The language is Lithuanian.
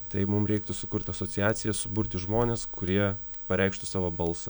tai mum reiktų sukurt asociaciją suburti žmones kurie pareikštų savo balsą